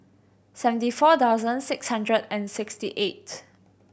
seventy four thousand six hundred and sixty eight